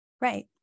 Right